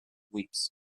weeks